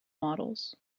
models